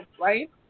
right